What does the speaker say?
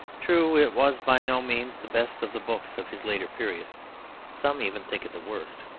true, it was by no means the best of the books of his later period some even think it the worst.